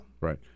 Right